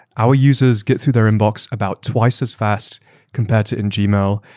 our users get to their inbox about twice as fast compared to in gmail.